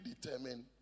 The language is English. determine